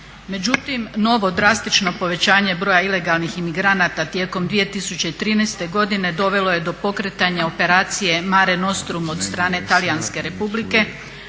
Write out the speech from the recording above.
Međutim, novo drastično povećanje broja ilegalnih imigranata tijekom 2013. godine dovelo je do pokretanja operacije "Mare Nostrum" od strane Talijanske Republike,